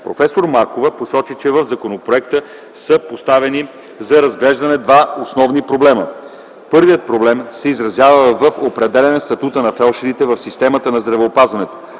Професор Маркова посочи, че в законопроекта са поставени за разглеждане два основни проблема. Първият проблем се изразява в определяне статута на фелдшерите в системата на здравеопазването,